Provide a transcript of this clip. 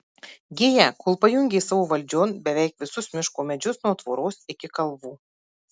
giją kol pajungė savo valdžion beveik visus miško medžius nuo tvoros iki kalvų